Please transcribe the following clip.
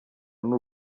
n’u